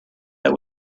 that